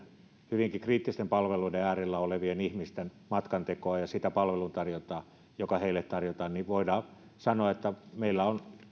hyvinkin kriittisten palveluiden äärellä olevien ihmisten matkantekoa ja sitä palveluntarjontaa joka heille tarjotaan niin voidaan sanoa että meillä on